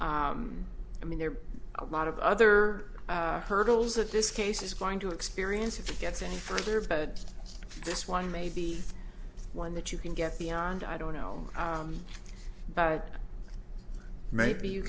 i mean there are a lot of other hurdles that this case is going to experience if it gets any further vote this one may be one that you can get beyond i don't know but maybe you